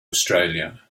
australia